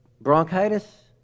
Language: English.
Bronchitis